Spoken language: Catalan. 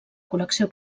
col·lecció